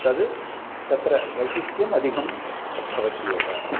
तद् तत्र वैशिष्ट्यम् अधिकं भवत्येव